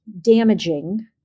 damaging